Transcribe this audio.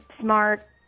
smart